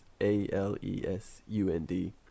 A-L-E-S-U-N-D